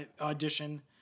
audition